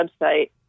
website